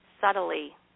subtly